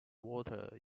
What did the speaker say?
water